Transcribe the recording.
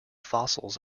fossils